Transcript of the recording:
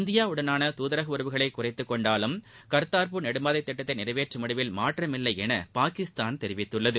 இந்தியாவுடனாள தூதரக உறவுகளை குறைத்துக் கொன்டாலும் கர்த்தார்பூர் நெடும்பாதை திட்டத்தை நிறைவேற்றும் முடிவில் மாற்றமில்லை என பாகிஸ்தான் தெரிவித்துள்ளது